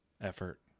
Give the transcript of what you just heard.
effort